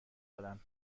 دارم